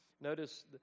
notice